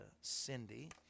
Cindy